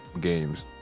games